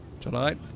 tonight